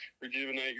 rejuvenate